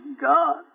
God